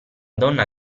donna